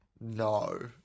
No